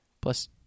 Plus